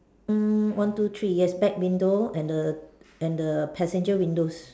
mm one two three yes back window and the and the passenger windows